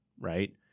Right